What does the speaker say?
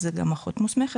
אז זה גם אחות מוסמכת,